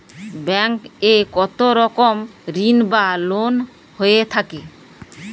Bank এ কত রকমের ঋণ বা লোন হয়ে থাকে?